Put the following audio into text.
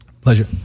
Pleasure